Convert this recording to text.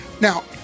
Now